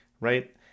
right